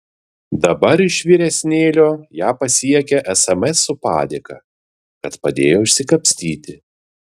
dabar iš vyresnėlio ją pasiekią sms su padėka kad padėjo išsikapstyti